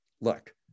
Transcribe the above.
look